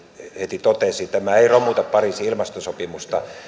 heti totesi tämä ei romuta pariisin ilmastosopimusta